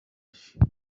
shima